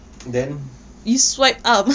then